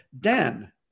Dan